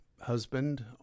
husband